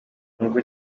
n’ubwo